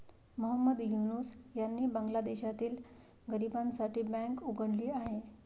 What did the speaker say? मोहम्मद युनूस यांनी बांगलादेशातील गरिबांसाठी बँक उघडली आहे